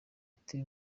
ati